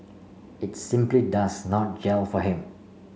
it simply does not gel for him